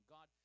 God